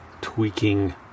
tweaking